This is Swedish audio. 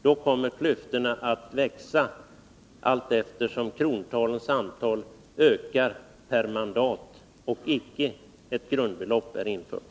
Då kommer klyftorna att växa allteftersom krontalen per mandat ökar och något grundbelopp icke är infört.